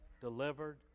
delivered